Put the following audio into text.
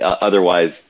otherwise